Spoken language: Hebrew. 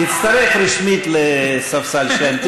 תצטרף רשמית לספסל שלהם,